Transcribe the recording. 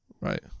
Right